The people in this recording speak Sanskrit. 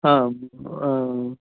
आम्